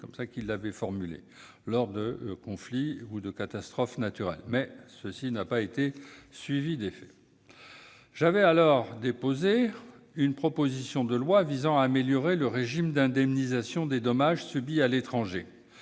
son appellation -lors de conflits ou de catastrophes naturelles, mais cette promesse n'a pas été suivie d'effet. J'avais alors déposé une proposition de loi visant à améliorer le régime d'indemnisation des dommages subis à l'étranger.